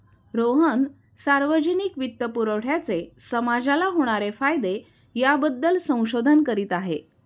रोहन सार्वजनिक वित्तपुरवठ्याचे समाजाला होणारे फायदे याबद्दल संशोधन करीत आहे